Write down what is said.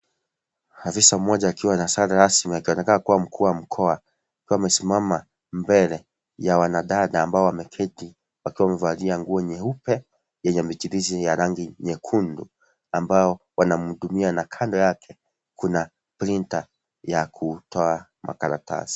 Afisa mmoja akiwa na sare rasmi akionekana kua mkuu wa mkoa akiwa amesimama mbele ya wanadada ambao wameketi wakiwa wamevalia nguo nyeupe yenye michirizi ya rangi nyekundu ambao wanamhudumia na kando yake kuna printer ya kutoa makaratasi.